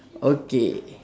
okay